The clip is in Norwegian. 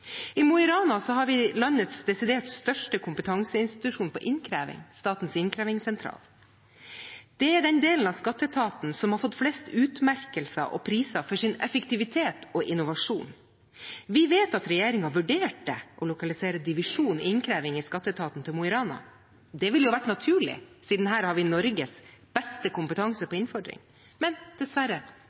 I Mo i Rana har vi landets desidert største kompetanseinstitusjon for innkreving – Statens innkrevingssentral. Det er den delen av skatteetaten som har fått flest utmerkelser og priser for sin effektivitet og innovasjon. Vi vet at regjeringen vurderte å lokalisere divisjon innkreving i skatteetaten til Mo i Rana. Det ville vært naturlig, siden vi der har Norges beste kompetanse på innfordring. Men dessverre